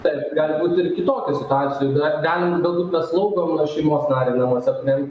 taip gali būti ir kitokių situacijų vat galim galbūt kas slaugom mano šeimos narį ar ne tiesiog nen